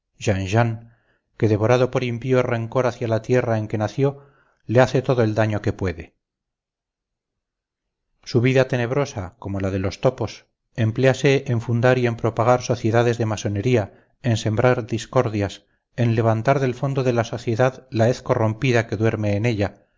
que devorado por impío rencor hacia la tierra en que nació le hace todo el daño que puede su vida tenebrosa como la de los topos empléase en fundar y en propagar sociedades de masonería en sembrar discordias en levantar del fondo de la sociedad la hez corrompida que duerme en ella